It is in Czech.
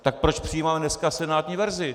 Tak proč přijímáme dneska senátní verzi?